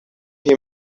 hear